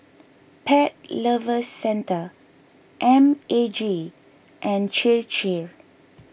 Pet Lovers Centre M A G and Chir Chir